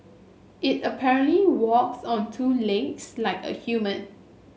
it apparently walks on two legs like a human